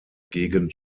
gegend